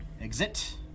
Exit